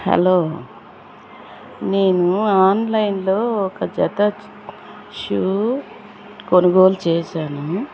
hello నేను ఆన్లైన్లో ఒక జత షూ కొనుగోలు చేశాను